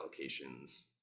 allocations